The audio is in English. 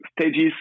stages